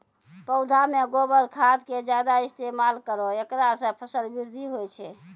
पौधा मे गोबर खाद के ज्यादा इस्तेमाल करौ ऐकरा से फसल बृद्धि होय छै?